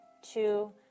Two